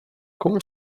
komu